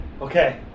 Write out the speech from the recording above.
Okay